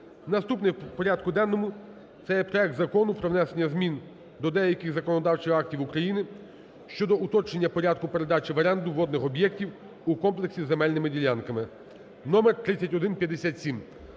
Наступний в порядку денному це є проект Закону про внесення змін до деяких законодавчих актів України щодо уточнення порядку передачі в оренду водних об'єктів у комплексі з земельними ділянками (номер 3157).